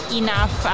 enough